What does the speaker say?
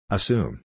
Assume